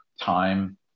time